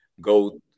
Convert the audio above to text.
go